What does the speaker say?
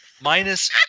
minus